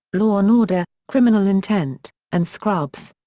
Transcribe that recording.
law and order criminal intent, and scrubs.